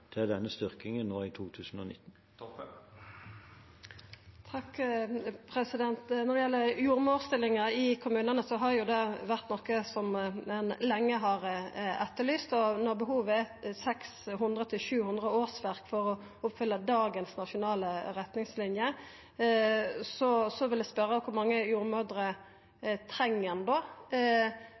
gjeld jordmorstillingar i kommunane, er jo det noko ein har etterlyst lenge. Når behovet er 600–700 årsverk for å oppfylla dagens nasjonale retningslinjer, vil eg spørja kor mange jordmødrer ein treng for at ein